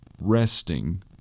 resting